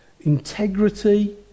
integrity